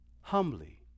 humbly